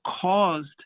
caused